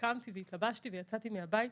קמתי והתלבשתי ויצאתי מהבית.